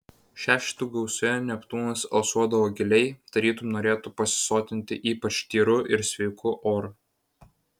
šešetų gausoje neptūnas alsuodavo giliai tarytum norėtų pasisotinti ypač tyru ir sveiku oru